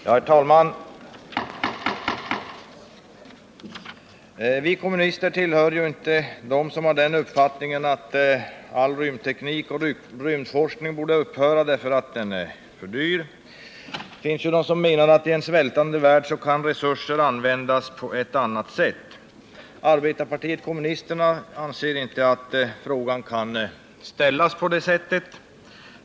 Herr talman! Vi kommunister tillhör inte dem som har den uppfattningen att all rymdteknik och rymdforskning borde upphöra därför att den är för dyr. Det finns ju de som menar att i en svältande värld bör resurserna användas på ett annat sätt. Arbetarpartiet kommunisterna anser att man inte kan resonera på det sättet.